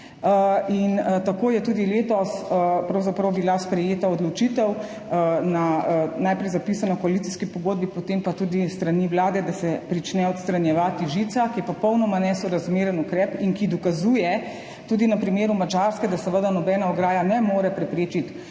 In tako je bila pravzaprav tudi letos sprejeta odločitev, najprej zapisana v koalicijski pogodbi, potem pa tudi s strani Vlade, da se prične odstranjevati žica, ki je popolnoma nesorazmeren ukrep in ki dokazuje, tudi na primeru Madžarske, da seveda nobena ograja ne more preprečiti